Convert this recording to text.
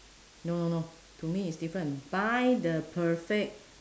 no no no to me is different buy the perfect